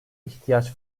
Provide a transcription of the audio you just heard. ihtiyaç